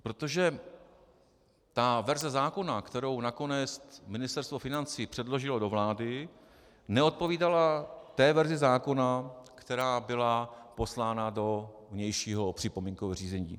Protože ta verze zákona, kterou nakonec Ministerstvo financí předložilo do vlády, neodpovídala té verzi zákona, která byla poslána do vnějšího připomínkového řízení.